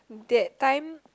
that time